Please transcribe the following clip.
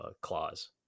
clause